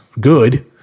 Good